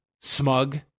smug